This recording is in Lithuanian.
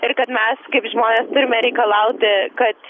ir kad mes kaip žmonės turime reikalauti kad